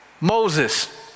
Moses